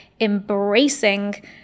embracing